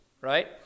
right